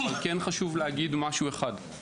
אבל חשוב להגיד משהו אחד: